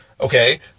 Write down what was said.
okay